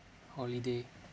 holiday